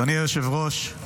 אדוני היושב-ראש,